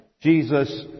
Jesus